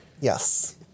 Yes